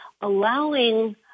allowing